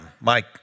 Mike